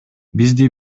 бизди